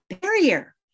barrier